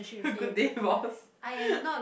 good day boss